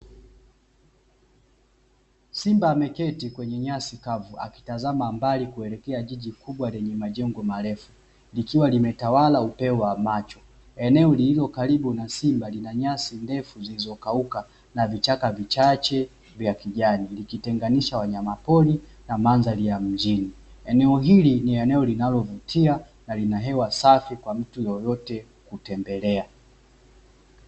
Simba ameketi kwenye nyasi kavu, akitazama mbali kuelekea jiji kubwa lenye majengo marefu, likiwa limetawala upeo wa macho. Eneo lililo karibu na simba lina nyasi ndefu zilizokauka na vichaka vichache vya kijani, likitenganisha wanyamapori na mandhari ya mjini, eneo hili ni eneo linalovutia na lina hewa safi kwa mtu yoyote kutembelea.